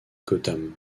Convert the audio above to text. gotham